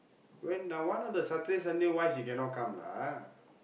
when ah one of the Saturday Sunday why she cannot come lah